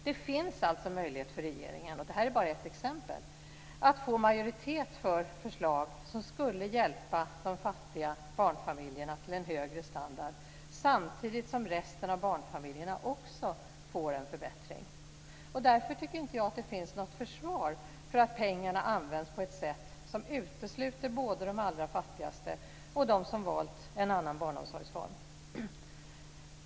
Det finns alltså möjlighet för regeringen - det här är bara ett exempel - att få majoritet för ett förslag som skulle hjälpa de fattiga barnfamiljerna till en högre standard samtidigt som resten av barnfamiljerna också får en förbättring. Därför tycker jag inte att det finns något försvar för att pengarna används på ett sätt som utesluter både de allra fattigaste och de som valt en annan barnomsorgsform.